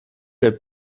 est